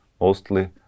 mostly